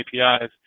APIs